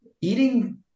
eating